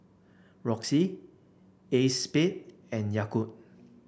Roxy Acexspade and Yakult